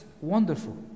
wonderful